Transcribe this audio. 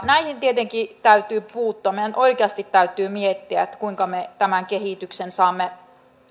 näihin tietenkin täytyy puuttua meidän oikeasti täytyy miettiä kuinka me tämän kehityksen saamme